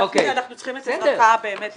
גפני, אנחנו צריכים את עזרתך באמת הפעם.